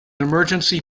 emergency